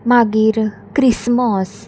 मागीर क्रिसमस